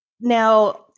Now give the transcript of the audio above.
now